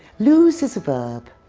lose is a verb.